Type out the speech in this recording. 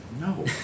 no